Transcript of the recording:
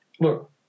look